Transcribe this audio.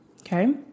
Okay